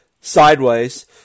sideways